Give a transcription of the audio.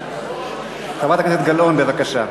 חברת הכנסת גלאון, בבקשה.